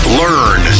learn